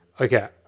okay